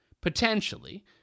potentially